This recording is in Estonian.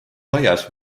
aias